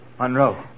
Monroe